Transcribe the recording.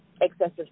excessive